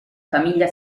famiglia